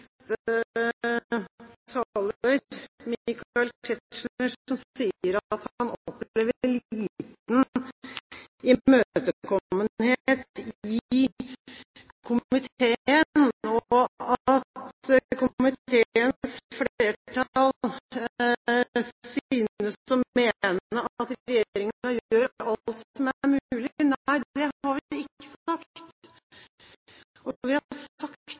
taler, Michael Tetzschner, som sier at han opplever lite imøtekommenhet i komiteen, og at komiteens flertall synes å mene at regjeringen gjør alt som er mulig. Nei, det har vi ikke sagt. Vi har sagt